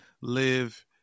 live